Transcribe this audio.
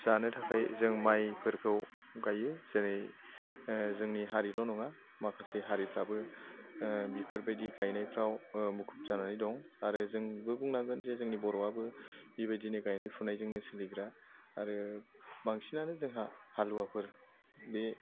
जानो थाखाय जों माइफोरखौ गायो जेरै जोंनि हारिल' नङा माखासे हारिफ्राबो बेफोरबायदि गायनायफ्राव मुखुब जानानै दं आरो जोंबो बुंनांगोन जे जोंनि बर'आबो बेबायदिनो गायनाय फुनायजोंनो सोलिग्रा आरो बांसिनानो जोंहा हालुवाफोर बे